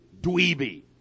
dweeby